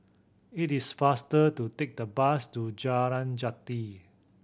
it is faster to take the bus to Jalan Jati